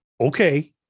okay